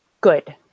Good